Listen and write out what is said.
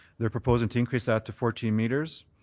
they're proposing to increase that to fourteen metres.